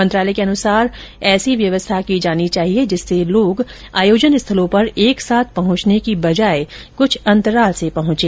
मंत्रालय के अनुसार ऐसी व्यवस्था की जानी चाहिए जिससे लोग आयोजन स्थलों पर एक साथ पहुंचने की बजाय कुछ अंतराल से पहुंचे